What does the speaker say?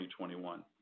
2021